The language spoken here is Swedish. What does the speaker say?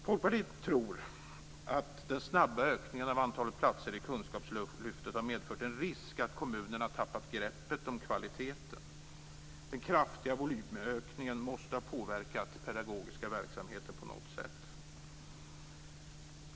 Folkpartiet tror att den snabba utökningen av antalet platser i kunskapslyftet har medfört en risk att kommunerna har tappat greppet om kvaliteten. Den kraftiga volymökningen måste ha påverkat den pedagogiska verksamheten på något sätt.